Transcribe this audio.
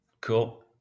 Cool